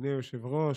אדוני היושב-ראש,